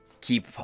keep